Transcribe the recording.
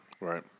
Right